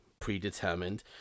predetermined